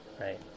right